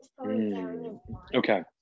Okay